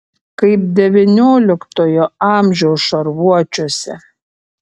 kaip devynioliktojo amžiaus šarvuočiuose